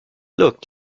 looked